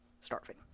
starving